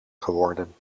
geworden